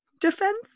defense